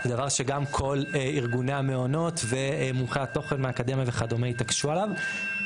הדבר שגם כל ארגוני המעונות ומומחי התוכן מהאקדמיה וכדומה התעקשו עליו,